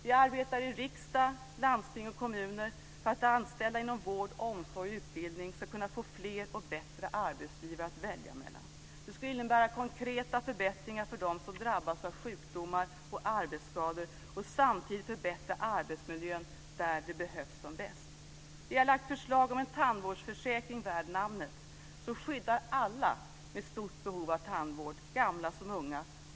Vi arbetar i riksdag, landsting och kommuner för att anställda inom vård, omsorg och utbildning ska kunna få fler och bättre arbetsgivare att välja mellan. Det skulle innebära konkreta förbättringar för dem som drabbats av sjukdomar och arbetsskador och samtidigt förbättra arbetsmiljön där det behövs som bäst. Vi har lagt fram förslag om en tandvårdsförsäkring värd namnet, som skyddar alla med stort behov av tandvård, gamla som unga.